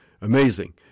Amazing